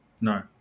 No